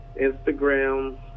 Instagram